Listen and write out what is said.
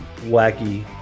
wacky